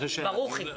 ברוכי.